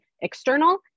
external